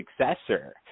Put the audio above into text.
successor